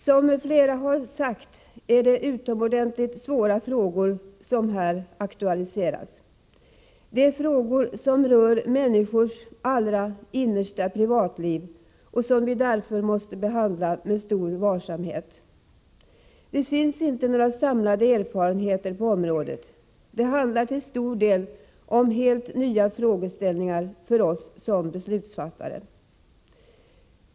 Som flera har sagt är det utomordentligt svåra frågor som här aktualiseras. Det är frågor som rör människors allra innersta privatliv och som vi därför måste behandla med stor varsamhet. Det finns inte några samlade erfarenheter på området. Det handlar till stor del om helt nya frågeställningar för oss beslutsfattare.